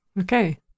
Okay